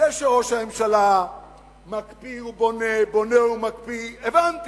זה שראש הממשלה מקפיא ובונה, בונה ומקפיא, הבנתי.